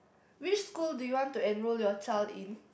which school do you want to enroll your child in